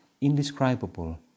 indescribable